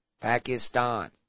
Pakistan